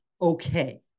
okay